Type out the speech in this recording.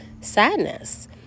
sadness